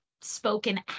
spoken